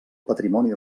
patrimoni